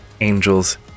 Angels